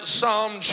Psalm